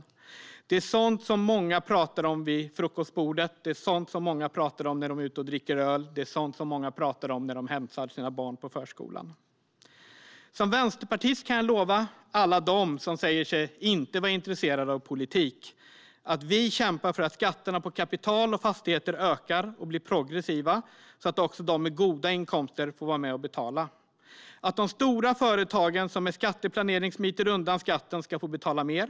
Detta är sådant många pratar om vid frukostbordet, när de är ute och dricker öl eller när de hämtar sina barn på förskolan. Som vänsterpartist kan jag lova alla dem som säger sig inte vara intresserade av politik att vi kämpar för att skatterna på kapital och fastigheter ökar och blir progressiva, så att också de med goda inkomster får vara med och betala. Vi kämpar för att de stora företagen som med skatteplanering smiter undan skatten ska få betala mer.